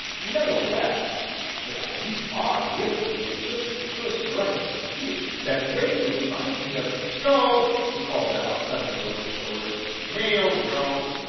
nevertheless, said i, you are gifted with a certain terse directness of speech that greatly reminds me of joe! he called out suddenly over his shoulder. mail, joe!